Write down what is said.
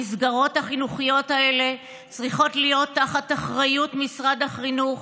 המסגרות החינוכיות האלה צריכות להיות באחריות משרד החינוך,